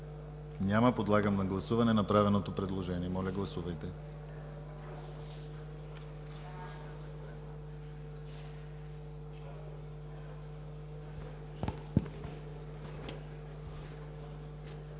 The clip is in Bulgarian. Няма. Подлагам на гласуване направеното предложение. Моля, гласувайте.